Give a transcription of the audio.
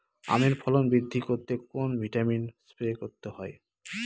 আমের ফলন বৃদ্ধি করতে কোন ভিটামিন স্প্রে করতে হয়?